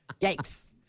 Yikes